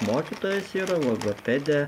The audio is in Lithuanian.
mokytojas yra logopedė